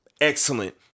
excellent